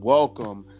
Welcome